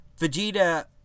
Vegeta